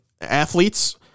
athletes